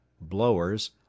blowers